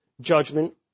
Judgment